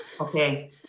Okay